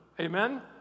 Amen